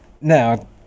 Now